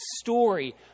story